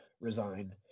resigned